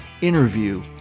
interview